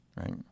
right